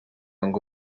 ngo